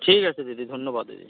ঠিক আছে দিদি ধন্যবাদ দিদি